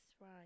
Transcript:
right